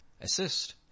assist